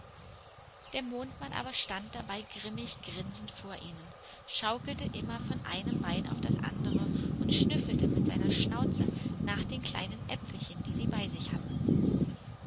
der mondmann aber stand dabei grimmig grinsend vor ihnen schaukelte immer von einem bein auf das andere und schnüffelte mit seiner schnauze nach den kleinen äpfelchen die sie bei sich hatten